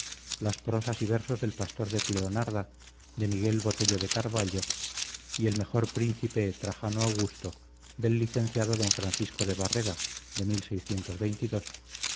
las prosas y versos del pastor de cleonarda de miguel botello de carvalho y el mejor príncipe trajano augusto del licenciado don francisco de barreda de